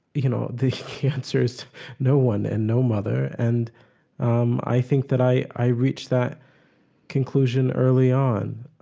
you know, the answer is no one and no mother. and um i think that i reached that conclusion early on.